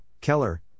Keller